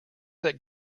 that